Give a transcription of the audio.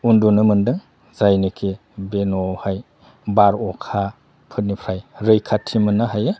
उनदुनो मोनदों जायनिखि बे न'आवहाय बार अखाफोरनिफ्राय रैखाथि मोननो हायो